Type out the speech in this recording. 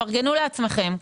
פרגנו לעצמם.